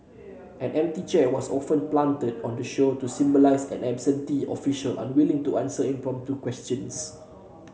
an empty chair was often planted on the show to symbolise an absentee official unwilling to answer impromptu questions